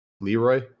Leroy